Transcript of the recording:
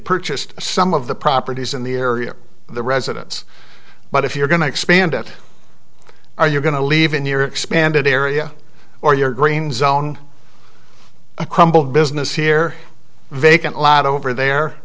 purchased some of the properties in the area of the residence but if you're going to expand it are you going to leave in your expanded area or your green zone crumble business here vacant lot over there